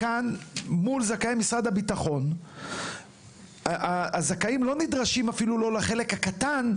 זכאי משרד הביטחון לא נדרשים אפילו לא לחלק הקטן,